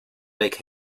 lake